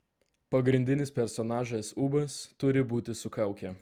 pagrindinis personažas ūbas turi būti su kauke